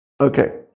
Okay